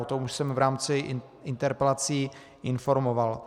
O tom už jsem v rámci interpelací informoval.